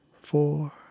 four